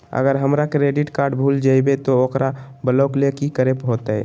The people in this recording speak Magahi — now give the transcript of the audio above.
अगर हमर क्रेडिट कार्ड भूल जइबे तो ओकरा ब्लॉक लें कि करे होते?